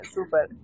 Super